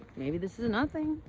maybe this is nothing.